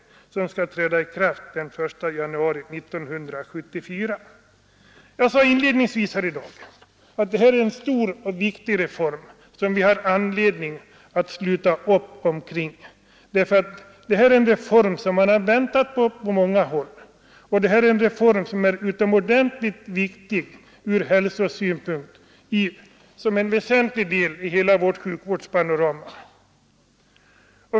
Jag sade inledningsvis att det här är en stor och viktig reform, som vi har anledning att sluta upp omkring. Man har väntat på den på många håll, och den är utomordentligt viktig ur hälsosynpunkt som en väsentlig del av hela vårt sjukvårdspanorama.